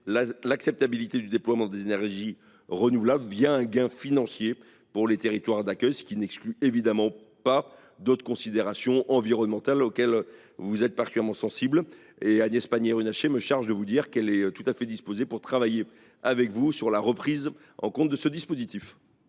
l’acceptabilité du déploiement des énergies renouvelables, un gain financier pour les territoires d’accueil, ce qui n’exclut évidemment pas d’autres considérations environnementales auxquelles vous êtes particulièrement sensible. Agnès Pannier Runacher me charge de vous dire qu’elle est tout à fait disposée à retravailler avec vous sur ce dispositif.